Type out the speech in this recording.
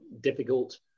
difficult